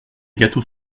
gâteaux